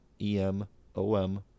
E-M-O-M